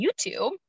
YouTube